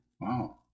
wow